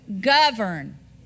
govern